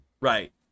Right